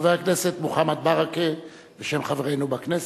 חבר הכנסת מוחמד ברכה בשם חברינו בכנסת.